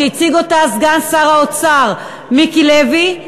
שהציג אותה סגן שר האוצר מיקי לוי,